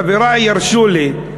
חברי ירשו לי: